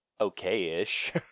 okay-ish